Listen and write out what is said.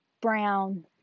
brown